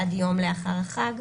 עד יום לאחר החג,